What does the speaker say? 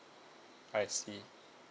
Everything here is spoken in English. I see